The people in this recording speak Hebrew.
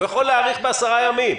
הוא יכול להיערך ב-10 ימים.